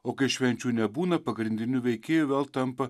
o kai švenčių nebūna pagrindiniu veikėju vėl tampa